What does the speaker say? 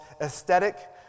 aesthetic